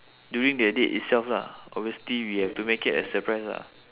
during the date itself lah obviously we have to make it a surprise lah